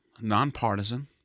nonpartisan